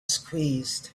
squeezed